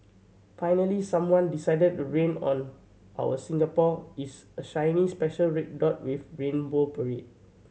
finally someone decided to rain on our Singapore is a shiny special red dot with rainbow parade